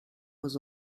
was